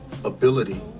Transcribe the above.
Ability